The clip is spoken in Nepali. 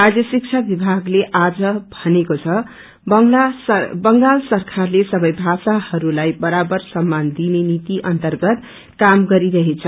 राज्य शिक्षा विमागले आज भनेको छ बंगाल सरकारले सबै भाषाहरूलाई बराबर सममान दिने नीति अर्न्तगत काम गरिरहेछ